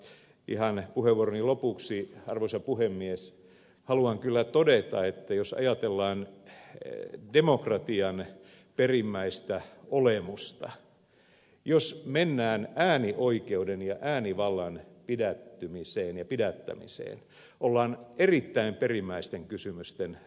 mutta ihan puheenvuoroni lopuksi arvoisa puhemies haluan kyllä todeta että jos ajatellaan demokratian perimmäistä olemusta jos mennään äänioikeuden ja äänivallan pidättämiseen ollaan erittäin perimmäisten kysymysten äärellä